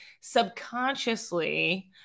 subconsciously